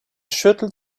schüttelt